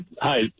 hi